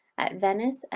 at venice,